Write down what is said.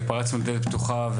פרצנו לדלת פתוחה,